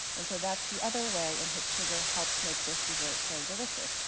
and so that's the other way in which sugar helps make this desert so delicious.